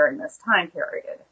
during this time period